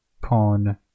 Pawn